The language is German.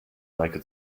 meike